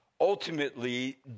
ultimately